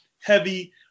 heavy